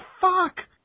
fuck